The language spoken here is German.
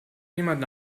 jemanden